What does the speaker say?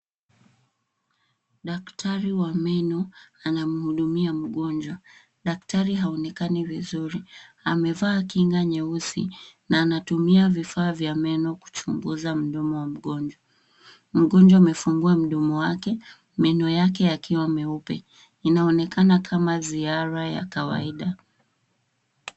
Daktari wa meno anamhudumia mgonjwa. Daktari haonekani vizuri. Amavaa kinga nyeusi na anatumia vifaa vya meno kuchunguza mdomo wa mgonjwa. Mgomjwa amefungua mdomo wake; meno yake yakiwa meupe. Inaonekana kama ziara ya kawaida.